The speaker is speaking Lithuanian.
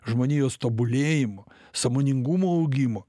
žmonijos tobulėjimu sąmoningumo augimo